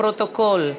לפרוטוקול.